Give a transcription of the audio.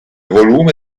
volume